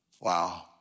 Wow